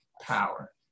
power